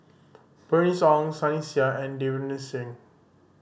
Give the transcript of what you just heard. Bernice Ong Sunny Sia and Davinder Singh